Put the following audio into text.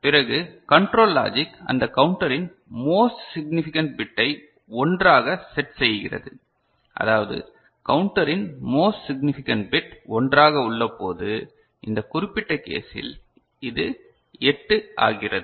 பிறகு control logic அந்த கவுண்டரின் மோஸ்ட் சிக்னிபிகன்ட் பிட்டை ஒன்றாக செட் செய்கிறது அதாவது கவுண்டரின் மோஸ்ட் சிக்னிபிகன்ட் பிட் ஒன்றாக உள்ளபோது இந்த குறிப்பிட்ட கேசில் இது எட்டு ஆகிறது